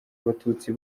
abatutsi